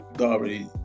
already